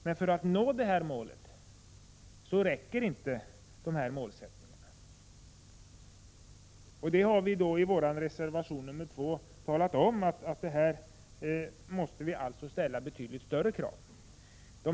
Men för att nå detta mål räcker inte de föreslagna reduktionerna. Vi har i vår reservation 2 framhållit att man måste ställa betydligt större krav.